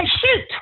shoot